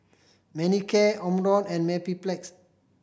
Manicare Omron and Mepilex